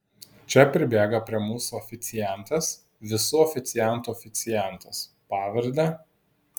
čia pribėga prie mūsų oficiantas visų oficiantų oficiantas pavarde